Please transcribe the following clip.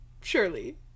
Surely